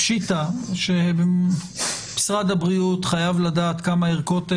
פשיטא שמשרד הבריאות חייב לדעת כמה ערכות נשמרות,